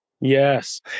Yes